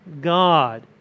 God